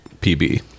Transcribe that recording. PB